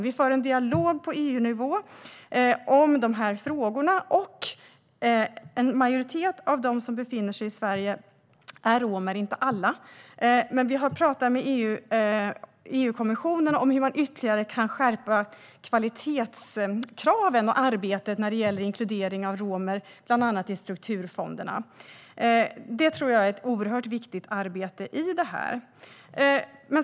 Vi för en dialog på EU-nivå om de här frågorna. Av dem som befinner sig i Sverige är en majoritet, men inte alla, romer, och vi har talat med EU-kommissionen om hur man ytterligare kan skärpa kvalitetskraven och arbetet när det gäller inkludering av romer, bland annat i anslutning till strukturfonderna. Det tror jag är ett oerhört viktigt arbete.